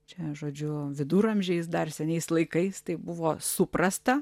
čia žodžiu viduramžiais dar senais laikais tai buvo suprasta